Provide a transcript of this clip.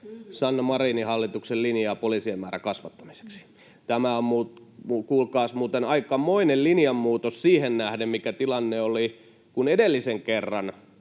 Sanna Marinin hallituksen linjaa poliisien määrän kasvattamiseksi. Tämä on kuulkaas muuten aikamoinen linjanmuutos siihen nähden, mikä tilanne oli, kun edellisen kerran